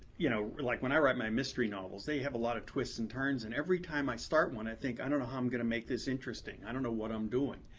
you know like when i write my mystery novels, they have a lot of twists and turns. and every time i start one i think, i don't know how i'm going to make this interesting. i don't know what i'm doing.